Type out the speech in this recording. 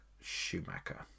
Schumacher